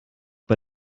bei